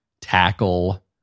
tackle